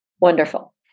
Wonderful